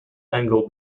angle